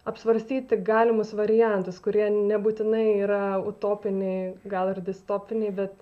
apsvarstyti galimus variantus kurie nebūtinai yra utopiniai gal ir distopiniai bet